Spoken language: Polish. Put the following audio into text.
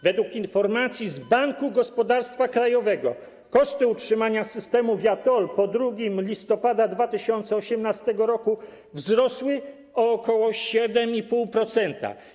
Według informacji z Banku Gospodarstwa Krajowego koszty utrzymania systemu viaTOLL po 2 listopada 2018 r. wzrosły o ok. 7,5%.